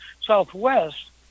southwest